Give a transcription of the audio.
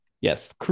Yes